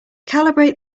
calibrate